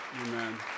amen